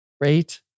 Great